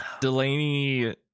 Delaney